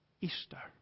Easter